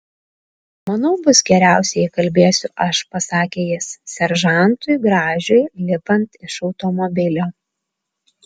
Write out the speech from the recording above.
manau bus geriausia jei kalbėsiu aš pasakė jis seržantui gražiui lipant iš automobilio